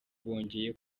bongeye